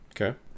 okay